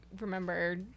remember